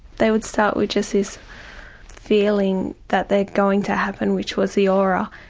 they would start with just this feeling that they are going to happen which was the aura.